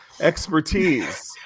expertise